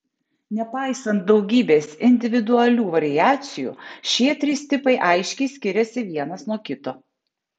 nepaisant daugybės individualių variacijų šie trys tipai aiškiai skiriasi vienas nuo kito